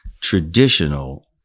traditional